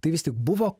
tai vis tik buvo